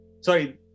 Sorry